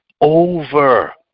over